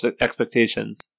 expectations